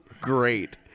great